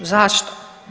Zašto?